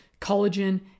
collagen